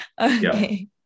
Okay